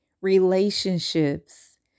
relationships